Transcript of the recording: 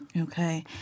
Okay